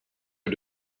are